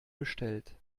bestellt